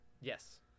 Yes